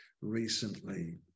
recently